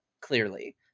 clearly